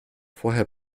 vorher